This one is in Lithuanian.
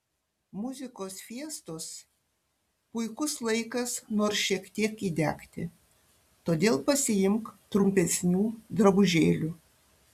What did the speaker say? muzikos fiestos puikus laikas nors šiek tiek įdegti todėl pasiimk trumpesnių drabužėlių